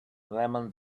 lemon